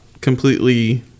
completely